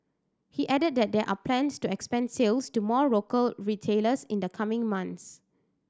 he added that there are plans to expand sales to more local retailers in the coming months